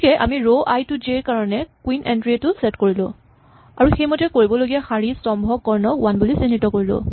গতিকে আমি row I two J ৰ কাৰণে কুইন এন্ট্ৰী টো ছেট কৰিলো আৰু সেইমতে কৰিবলগীয়া শাৰী স্তম্ভ কৰ্ণক ৱান বুলি চিহ্নিত কৰিলো